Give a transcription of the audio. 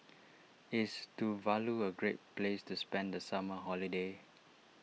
is Tuvalu a great place to spend the summer holiday